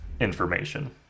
information